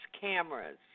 cameras